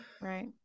Right